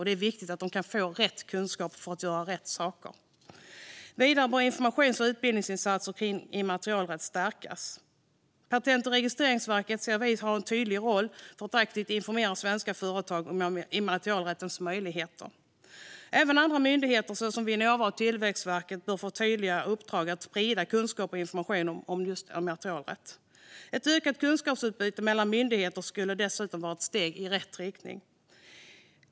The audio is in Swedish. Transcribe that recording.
Det är viktigt att de kan få rätt kunskap för att göra rätt saker. Vidare bör informations och utbildningsinsatserna kring immaterialrätt stärkas. Patent och registreringsverket har en tydlig roll att aktivt informera svenska företag om immaterialrättens möjligheter. Även andra myndigheter, som Vinnova och Tillväxtverket, bör få tydliga uppdrag att sprida kunskap och information om immaterialrätten. Ett ökat kunskapsutbyte mellan myndigheter skulle dessutom vara ett steg i rätt riktning.